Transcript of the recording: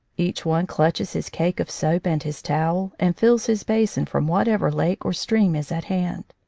each one clutches his cake of soap and his towel, and fills his basin from what ever lake or stream is at hand.